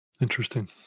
Interesting